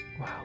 Wow